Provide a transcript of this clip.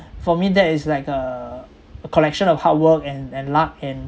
for me that is like a a collection of hard work and and luck and